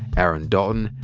aaron dalton,